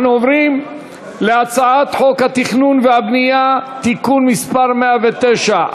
אנחנו עוברים להצעת חוק התכנון והבנייה (תיקון מס' 109),